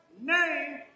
name